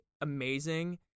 amazing